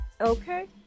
okay